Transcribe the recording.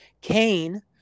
cain